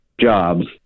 jobs